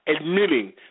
admitting